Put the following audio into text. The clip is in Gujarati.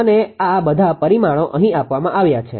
અને આ બધા પરિમાણો અહીં આપવામાં આવ્યા છે